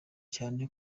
cyane